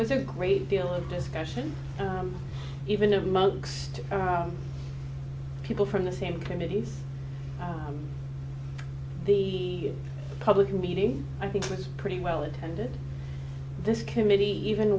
was a great deal of discussion and even of mugs to people from the same committees the public meeting i think it was pretty well attended this committee even